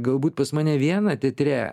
galbūt pas mane vieną teatre